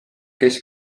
kes